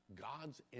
God's